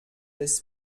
des